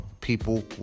people